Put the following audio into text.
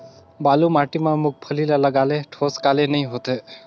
बालू माटी मा मुंगफली ला लगाले ठोस काले नइ होथे?